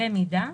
במידה